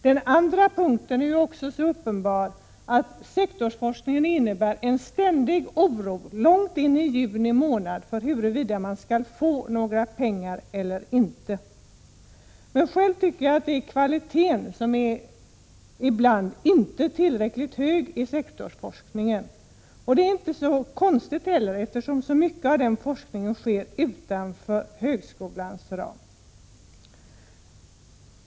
Den andra punkten är också uppenbar, nämligen att sektorsforskningen är förenad med en ständig oro, långt in i juni månad, huruvida man skall få några pengar eller inte. Själv tycker jag att kvaliteten ibland inte är tillräckligt hög i sektorsforskningen, och det är inte heller så konstigt, eftersom så mycket av den forskningen sker utanför högskolans ram.